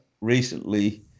recently